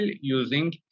using